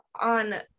on